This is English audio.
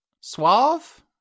suave